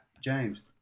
James